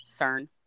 CERN